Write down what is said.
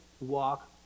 walk